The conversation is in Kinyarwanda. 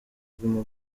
guma